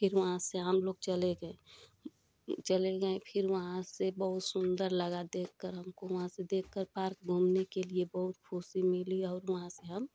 फिर वहाँ से हमलोग चले गये चले गये फिर वहाँ से बहुत सुंदर लगा देख कर हमको वहाँ से देखकर पार्क घूमने के लिये बहुत खुशी मिली और वहाँ से हम